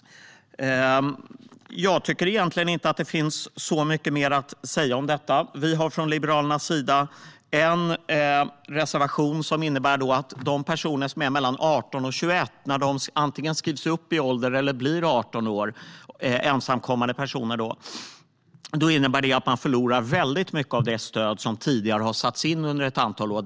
Jag tycker egentligen inte att det finns så mycket mer att säga om detta. Liberalerna har en reservation som gäller att ensamkommande personer som är mellan 18 och 21 när de skrivs upp i ålder eller blir 18 år förlorar mycket av det stöd som tidigare har satts in under ett antal år.